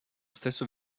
stesso